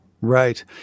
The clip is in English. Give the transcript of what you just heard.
Right